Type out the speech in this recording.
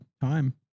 time